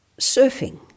surfing